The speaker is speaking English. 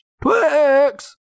Twix